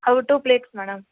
అవి two plates madam